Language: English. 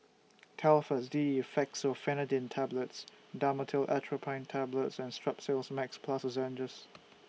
Telfast D Fexofenadine Tablets Dhamotil Atropine Tablets and Strepsils Max Plus Lozenges